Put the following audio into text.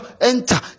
enter